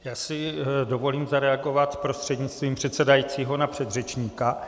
Já si dovolím zareagovat prostřednictvím předsedajícího na předřečníka.